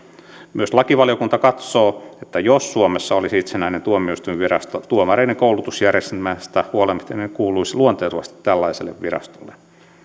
myös lakivaliokunta katsoo että jos suomessa olisi itsenäinen tuomioistuinvirasto tuomareiden koulutusjärjestelmästä huolehtiminen kuuluisi luontevasti tällaiselle virastolle